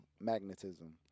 magnetism